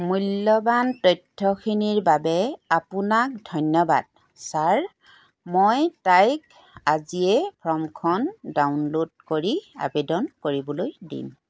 মূল্যৱান তথ্যখিনিৰ বাবে আপোনাক ধন্যবাদ ছাৰ মই তাইক আজিয়েই ফৰ্মখন ডাউনলোড কৰি আৱেদন কৰিবলৈ দিম